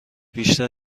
بیشتر